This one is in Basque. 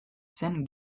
zen